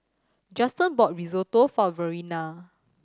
Juston bought Risotto for Verena